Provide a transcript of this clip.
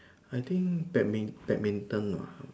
I think badmin~ badminton lah